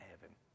heaven